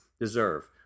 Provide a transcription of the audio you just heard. deserve